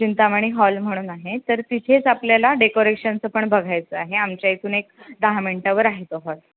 Chintamani hall म्हणून आहे तर तिथेच आपल्याला डेकोरेशनचं पण बघायचं आहे आमच्या इथून एक दहा मिनिटावर आहे तो हॉल